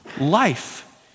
life